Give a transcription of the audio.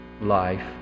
life